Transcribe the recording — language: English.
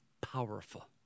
powerful